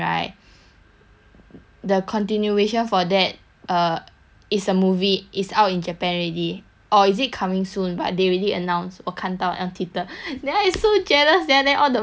the continuation for that uh it's a movie is out in japan already or is it coming soon but they already announced 我看到 on twitter then I so jealous ya then all the merch also come out ugh